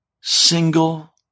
single